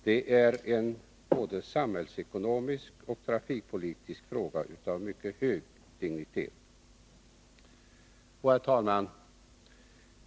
Detta är en både samhällsekonomisk och trafikpolitisk fråga av mycket hög dignitet. Herr talman!